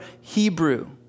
Hebrew